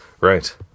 right